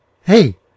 hey